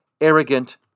arrogant